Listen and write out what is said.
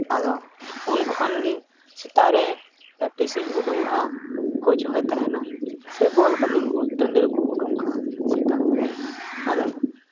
ᱟᱫᱚ ᱩᱱ ᱠᱷᱚᱱᱜᱮ ᱥᱮᱛᱟᱜ ᱨᱮ ᱯᱨᱮᱠᱴᱤᱥᱤᱧ ᱩᱰᱩᱠᱚᱜᱼᱟ ᱠᱳᱪ ᱦᱚᱸᱭ ᱛᱟᱦᱮᱱᱟ ᱥᱮ ᱵᱚᱞ ᱜᱟᱛᱮᱜ ᱠᱚ ᱴᱟᱺᱰᱤ ᱨᱮᱠᱚ ᱩᱰᱩᱝ ᱠᱟᱜᱼᱟ ᱪᱮᱫᱟᱜ ᱟᱫᱚ